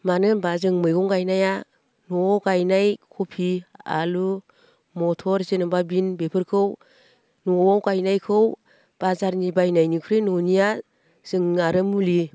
मानो होमब्ला जों मैगं गायनाया न'आव गायनाय खबि आलु मथर जेन'बा बिन बेफोरखौ न'आव गायनायखौ बाजारनि बायनायनिख्रुइ न'निया जों आरो मुलि